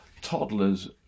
Toddlers